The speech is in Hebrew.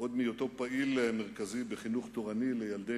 עוד מהיותו פעיל מרכזי בחינוך תורני לילדי